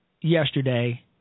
yesterday